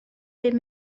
bum